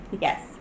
Yes